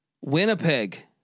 Winnipeg